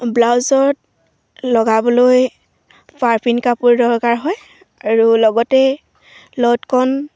ব্লাউজত লগাবলৈ পাইপিন কাপোৰ দৰকাৰ হয় আৰু লগতে ল'টকণ